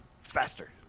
faster